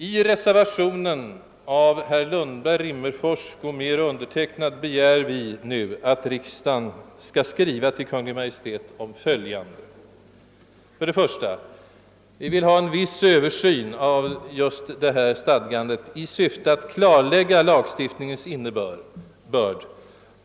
I reservationen av herrar Lundberg, Rimmerfors, Gomér och mig begär vi nu att riksdagen skall rikta en skrivelse i frågan till Kungl. Maj:t. Våra motiv härför är följande. 1) Vi vill få till stånd en viss översyn av det aktuella stadgandet i syfte att bättre klarlägga lagstiftningens innebörd.